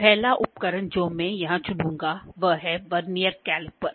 पहला उपकरण जो मैं यहां चुनूंगा वह है वर्नियर कैलिपर